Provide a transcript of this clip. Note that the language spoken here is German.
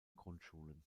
grundschulen